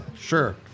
Sure